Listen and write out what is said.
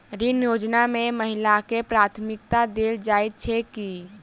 ऋण योजना मे महिलाकेँ प्राथमिकता देल जाइत छैक की?